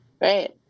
right